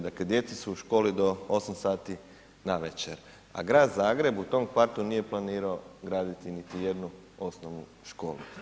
Dakle djeca su u školi do osam sati navečer, a Grad Zagreb u tom kvartu nije planirao graditi niti jednu osnovnu školu.